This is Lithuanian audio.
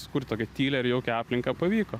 sukurt tokią tylią ir jaukią aplinką pavyko